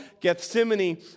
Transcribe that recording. Gethsemane